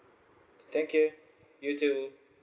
thank you you too